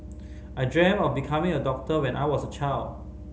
I dreamt of becoming a doctor when I was a child